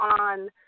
on